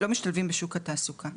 משתלבים בשוק התעסוקה.